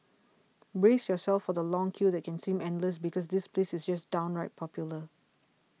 brace yourself for the long queue that can seem endless because this place is just downright popular